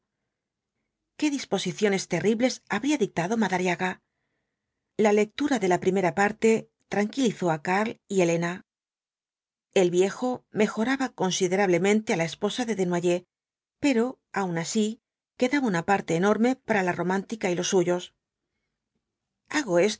qué disposiciones terribles habría dictado madariaga la lectura de la primera parte tranquilizó á karl y elena el viejo mejoraba considerablemente á la esposa de desnoyers pero aun así quedaba una parte enorme para la romántica y los suyos hago